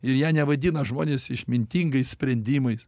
ir ją nevadina žodis išmintingais sprendimais